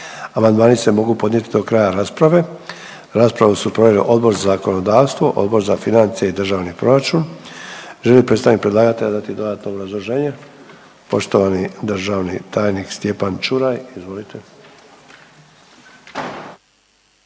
Amandmani se mogu podnijeti do kraja rasprave. Raspravu su proveli Odbor za zakonodavstvo, Odbor za financije i državni proračun. Želi li predstavnik predlagatelja dati dodatno obrazloženje? Poštovani državni tajnik Stjepan Čuraj, izvolite.